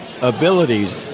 abilities